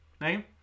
name